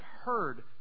heard